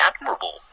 admirable